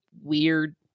weird